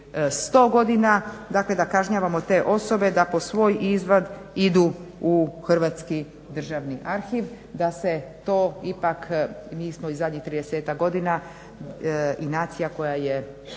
100 godina, dakle da kažnjavamo te osobe, da po svoj izvadak idu u Hrvatski državni arhiv, da se to ipak, mi smo i zadnjih 30 godina i nacija koja je